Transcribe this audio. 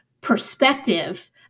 perspective